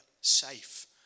safe